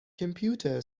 computer